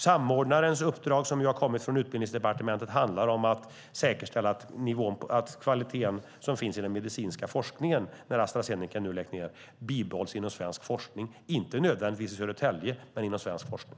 Samordnarens uppdrag, som har kommit från Utbildningsdepartementet, handlar om att säkerställa att kvaliteten som finns i den medicinska forskningen bibehålls inom svensk forskning när Astra Zeneca nu läggs ned - inte nödvändigtvis i Södertälje, men inom svensk forskning.